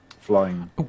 flying